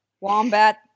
Wombat